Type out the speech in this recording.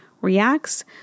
Reacts